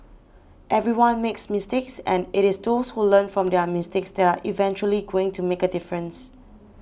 everyone makes mistakes and it is those who learn from their mistakes that are eventually going to make a difference